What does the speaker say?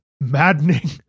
maddening